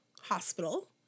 hospital